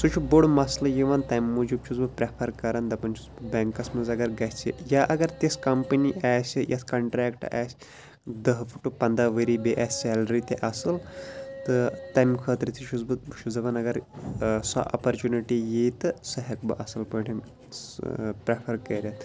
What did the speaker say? سُہ چھُ بوٚڈ مسلہٕ یِوان تَمہِ موٗجوٗب چھُس بہٕ پرٛٮ۪فَر کران دَپان چھُس بٮ۪نٛکَس منٛز اگر گژھِ یا اگر تِژھ کمپٔنی آسہِ یَتھ کَنٹرٛیکٹ آسہِ دَہ ٹُہ پنٛداہ ؤری بیٚیہِ آسہِ سیلری تہِ اصٕل تہٕ تَمہِ خٲطرٕ تہِ چھُس بہٕ بہٕ چھُس دَپان اگر سۄ اَپرچُنٹی یِیہِ تہِ سُہ ہٮ۪کہٕ بہٕ اصٕل پٲٹھۍ پرٛٮ۪فَر کٔرِتھ